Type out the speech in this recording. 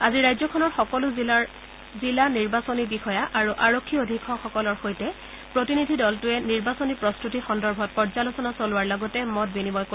আজি ৰাজ্যখনৰ সকলো জিলাৰ জিলা নিৰ্বাচনী বিষয়া আৰু আৰক্ষী অধীক্ষকসকলৰ সৈতে প্ৰতিনিধি দলটোৰে নিৰ্বাচনী প্ৰস্ততি সন্দৰ্ভত পৰ্যালোচনা চলোৱাৰ লগতে মত বিনিময় কৰিব